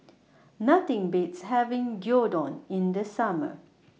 Nothing Beats having Gyudon in The Summer